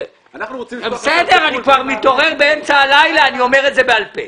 אני כבר מתעורר באמצע הלילה ואומר את זה בעל פה.